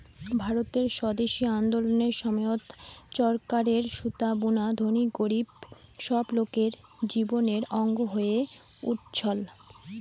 ভারতের স্বদেশি আন্দোলনের সময়ত চরকারে সুতা বুনা ধনী গরীব সব লোকের জীবনের অঙ্গ হয়ে উঠছল